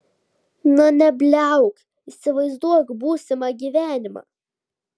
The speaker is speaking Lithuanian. na nebliauk įsivaizduok būsimą gyvenimą